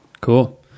cool